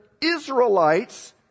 Israelites